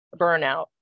burnout